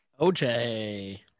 OJ